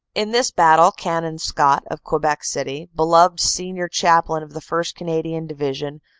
in this battle canon scott of quebec city. beloved senior chaplain of the first. canadian division,